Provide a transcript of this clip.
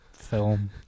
film